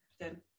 Good